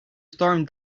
storm